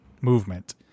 movement